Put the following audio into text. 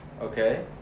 Okay